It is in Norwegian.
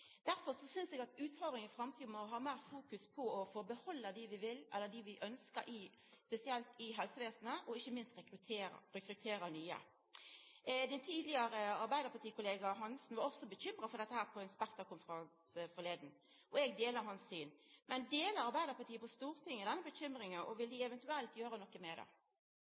Derfor synest eg at utfordringa i framtida må vera å fokusera meir på å få behalda dei vi ønskjer, spesielt i helsevesenet, og ikkje minst rekruttera nye. Den tidlegare arbeidarpartikollegaen Hanssen var også bekymra for dette på ein Spekter-konferanse nyleg, og eg deler hans syn. Men deler Arbeidarpartiet på Stortinget denne bekymringa, og vil dei eventuelt gjera noko med det?